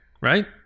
right